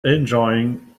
enjoying